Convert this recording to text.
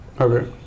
Okay